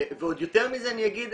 ועוד יותר מזה אגיד,